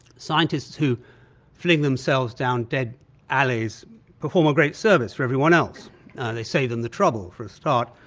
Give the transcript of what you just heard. scientists who fling themselves down dead alleys perform a great service for everyone else they save them the trouble, for a start,